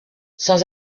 sans